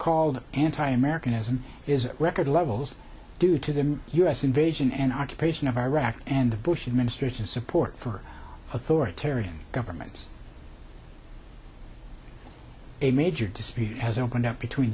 called anti americanism is record levels due to the u s invasion and occupation of iraq and the bush administration's support for authoritarian governments a major dispute has opened up between